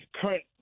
current